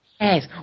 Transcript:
Yes